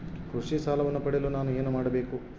ಕೃಷಿ ಸಾಲವನ್ನು ಪಡೆಯಲು ನಾನು ಏನು ಮಾಡಬೇಕು?